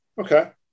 Okay